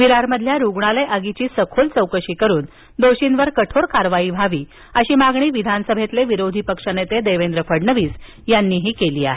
विरार मधल्या रुग्णालय आगीची सखोल चौकशी करून दोषींवर कठोर कारवाई व्हावी अशी मागणी विधानसभेतले विरोधी पक्षनेते देवेंद्र फडणवीस यांनी केली आहे